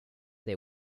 they